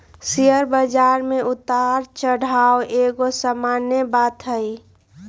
share बजार में उतार चढ़ाओ एगो सामान्य बात हइ